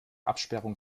absperrung